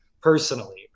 personally